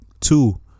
two